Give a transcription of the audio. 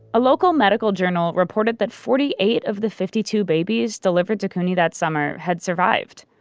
a local medical journal reported that forty eight of the fifty two babies delivered to couney that summer had survived,